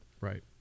right